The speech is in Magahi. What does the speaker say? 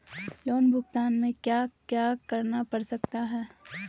लोन भुगतान में क्या क्या करना पड़ता है